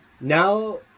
Now